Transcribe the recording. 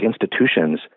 institutions